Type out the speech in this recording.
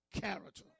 character